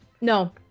No